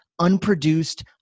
unproduced